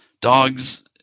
dogs